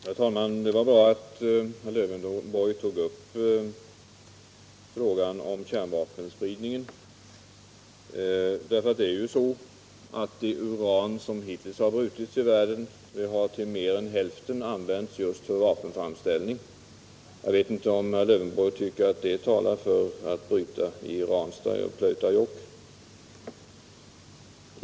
Herr talman! Det var bra att herr Lövenborg tog upp frågan om kärnkraftsspridningen. Det uran som hittills brutits i världen har ju till mer än hälften använts just för vapenframställning. Jag vet inte om herr Lövenborg tycker att det talar för att man skall bryta uran i Ranstad och i Pleutajokk.